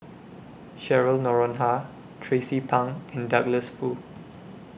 Cheryl Noronha Tracie Pang and Douglas Foo